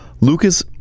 Lucas